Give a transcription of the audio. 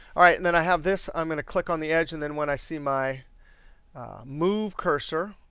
all right, and then, i have this. i'm going to click on the edge. and then when i see my move cursor,